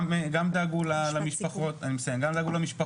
גם דאגו למשפחות,